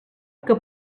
que